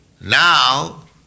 Now